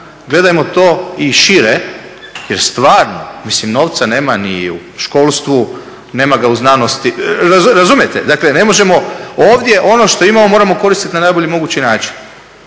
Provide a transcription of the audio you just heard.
gledajmo to i šire. Jer stvarno, mislim novca nema ni u školstvu, nema ga u znanosti. Razumijete? Dakle, ne možemo, ovdje ono što imamo moramo koristiti na najbolji mogući način.